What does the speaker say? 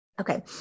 Okay